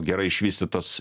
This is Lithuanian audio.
gerai išvystytas